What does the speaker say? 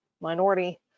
minority